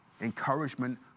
Encouragement